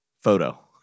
photo